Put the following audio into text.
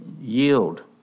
yield